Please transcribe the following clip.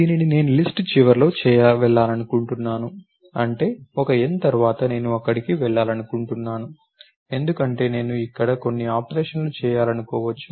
దీనిని నేను లిస్ట్ చివరకి వెళ్లాలనుకుంటున్నాను అంటే ఒక n తర్వాత నేను అక్కడకు వెళ్లాలనుకుంటున్నాను ఎందుకంటే నేను అక్కడ కొన్ని ఆపరేషన్లు చేయాలనుకోవచ్చు